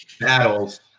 battles